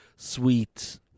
Sweet